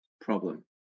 problem